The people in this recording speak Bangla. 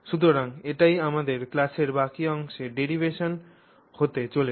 সুতরাং এটিই আমাদের ক্লাসের বাকী অংশে ডেরিভেশন হতে চলেছে